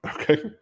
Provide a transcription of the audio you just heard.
Okay